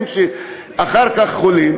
הם שאחר כך חולים,